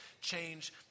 change